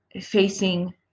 facing